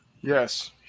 Yes